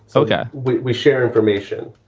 so yeah we we share information.